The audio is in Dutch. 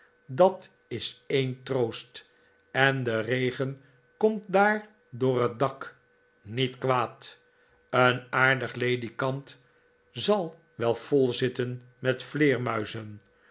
dat is een troost en de regen komt daar door het dak niet kwaad een aardig ledikant zal wel vol zitten met